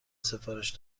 سفارش